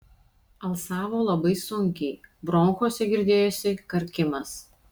alsavo labai sunkiai bronchuose girdėjosi karkimas